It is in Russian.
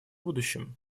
будущем